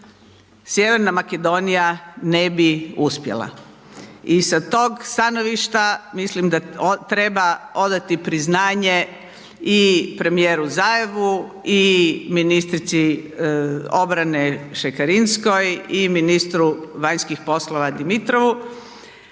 Sj. Makedonija ne bi uspjela i sa tog stanovišta mislim da treba odati priznanje i premijeru Zajevu i ministrici obrane Šekerinskoj i ministru vanjskih poslova Dimitrovu,